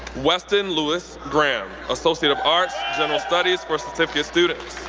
westin louis graham, associate of arts, general studies for certificate students.